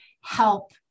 help